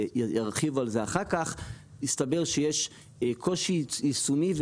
עלו דברים והסתבר שיש קושי יישומי.